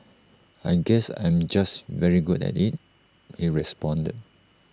I guess I'm just very good at IT he responded